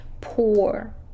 poor